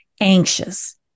anxious